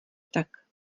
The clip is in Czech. tak